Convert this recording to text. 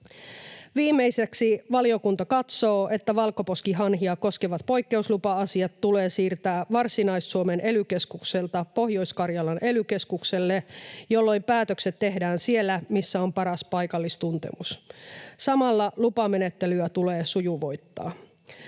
Viimeiseksi valiokunta katsoo, että valkoposkihanhia koskevat poikkeuslupa-asiat tulee siirtää Varsinais-Suomen ely-keskukselta Pohjois-Karjalan ely-keskukselle, jolloin päätökset tehdään siellä, missä on paras paikallistuntemus. Samalla lupamenettelyä tulee sujuvoittaa.